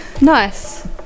nice